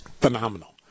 phenomenal